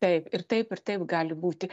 taip ir taip ir taip gali būti